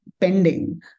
pending